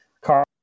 car